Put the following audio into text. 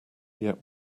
yet